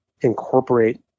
incorporate